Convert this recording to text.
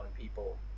people